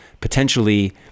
potentially